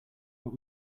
but